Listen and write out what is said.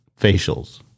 facials